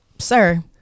sir